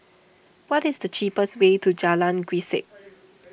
what is the cheapest way to Jalan Grisek